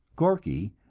gorky,